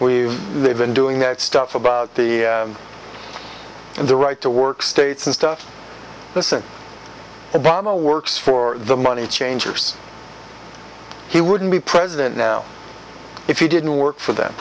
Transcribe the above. we've been doing that stuff about the and the right to work states and stuff this isn't about a works for the money changers he wouldn't be president now if you didn't work for them